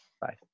Bye